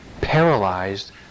paralyzed